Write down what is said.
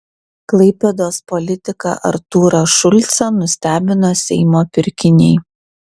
klaipėdos politiką artūrą šulcą nustebino seimo pirkiniai